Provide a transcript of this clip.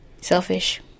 selfish